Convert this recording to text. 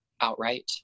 outright